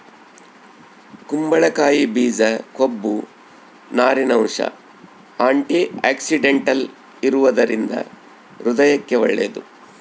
ಕುಂಬಳಕಾಯಿ ಬೀಜ ಕೊಬ್ಬು, ನಾರಿನಂಶ, ಆಂಟಿಆಕ್ಸಿಡೆಂಟಲ್ ಇರುವದರಿಂದ ಹೃದಯಕ್ಕೆ ಒಳ್ಳೇದು